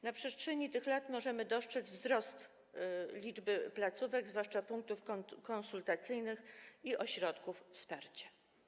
Na przestrzeni tych lat możemy dostrzec wzrost liczby placówek, zwłaszcza punktów konsultacyjnych i ośrodków wsparcia.